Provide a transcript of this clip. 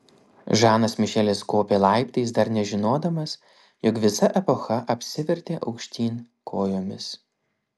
žanas mišelis kopė laiptais dar nežinodamas jog visa epocha apsivertė aukštyn kojomis